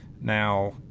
now